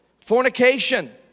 fornication